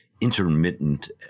intermittent